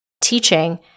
teaching